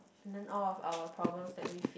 and all of our problems that we